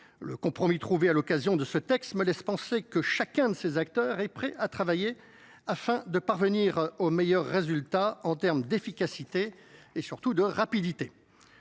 le compromis trouvé à l'occasion de ce texte me laisse penser que chacun de ces acteurs est prêt à afin de parvenir au meilleur résultat en termes d'efficacité et surtout de rapidité.